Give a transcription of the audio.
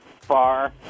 far